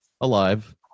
alive